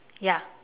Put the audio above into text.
ya